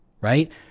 right